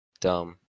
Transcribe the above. dumb